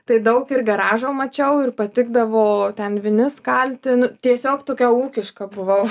tai daug ir garažo mačiau ir patikdavo ten vinis kalti nu tiesiog tokia ūkiška buvau